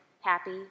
happy